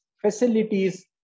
facilities